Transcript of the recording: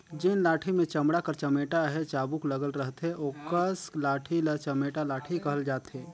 जेन लाठी मे चमड़ा कर चमेटा चहे चाबूक लगल रहथे ओकस लाठी ल चमेटा लाठी कहल जाथे